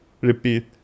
repeat